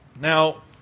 Now